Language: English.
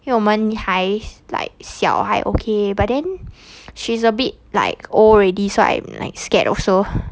因为我们还 like 小 like okay but then she's a bit like old already so I am like scared also